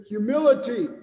Humility